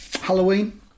Halloween